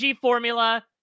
formula